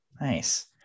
nice